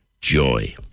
joy